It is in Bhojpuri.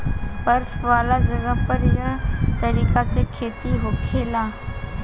बर्फ वाला जगह पर एह तरीका से खेती होखेला